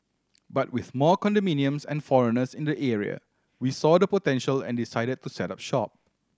but with more condominiums and foreigners in the area we saw the potential and decided to set up shop